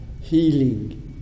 healing